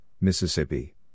Mississippi